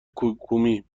کومی